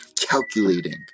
calculating